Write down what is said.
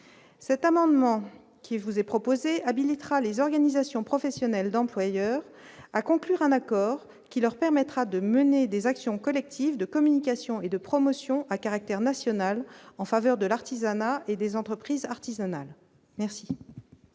cet amendement qui vous est proposé habilite les organisations professionnelles d'employeurs à conclure un accord qui leur permettra de mener des actions collectives de communication et de promotion à caractère national en faveur de l'artisanat et des entreprises artisanales merci.